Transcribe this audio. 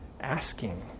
asking